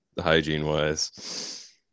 hygiene-wise